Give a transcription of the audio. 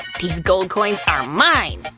these gold coins are mine!